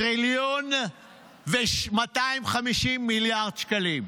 טריליון ו-250 מיליארד שקלים.